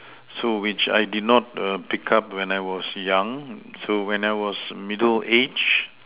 so which I did not err pick up when I was young so when I was middle age